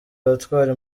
abatwara